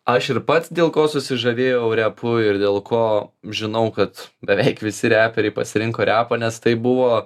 aš ir pats dėl ko susižavėjau repu ir dėl ko žinau kad beveik visi reperiai pasirinko repą nes tai buvo